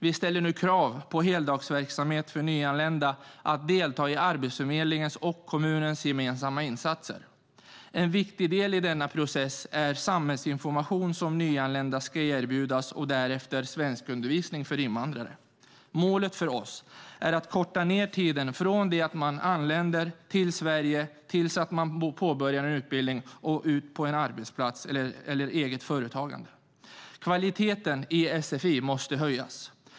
Vi ställer krav på heldagsverksamhet för nyanlända att delta i Arbetsförmedlingens och kommunens gemensamma insatser. En viktig del i denna process är den samhällsinformation som nyanlända ska erbjudas och därefter svenskundervisning för invandrare. Målet för oss är att korta ned tiden från det att man anländer till Sverige tills man påbörjar en utbildning, kommer ut på en arbetsplats eller startar eget företag. Kvaliteten i sfi måste höjas.